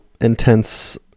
intense